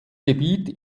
gebiet